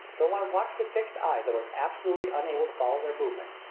though i watched with fixed eyes i was absolutely unable to follow their movements,